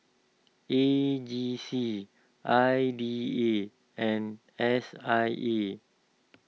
A G C I B A and S I E